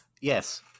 Yes